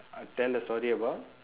I tell a story about